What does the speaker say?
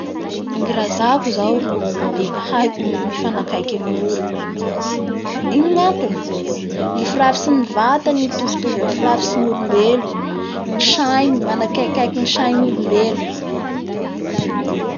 Ny razako zao ro biby haiko mifanakaiaky amin'ny olo; Ino ngantony? Ny firafitsy ny vatany mitovitovy amin'ny firafitsy ny olombelo ny sainy manakaikikaiky ny sain'olombelo